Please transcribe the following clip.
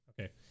Okay